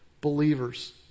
believers